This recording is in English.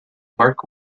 mark